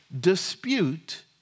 dispute